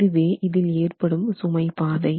இதுவே இதில் ஏற்படும் சுமை பாதை